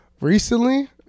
Recently